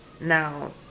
Now